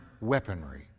weaponry